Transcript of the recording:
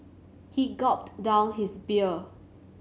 he gulped down his beer